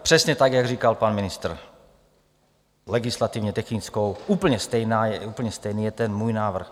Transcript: Přesně tak, jak říkal pan ministr, legislativně technickou, úplně stejný je ten můj návrh.